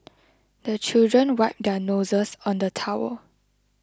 the children wipe their noses on the towel